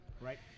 right